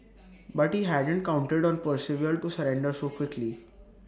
but he hadn't counted on Percival to surrender so quickly